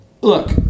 look